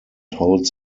holds